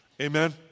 Amen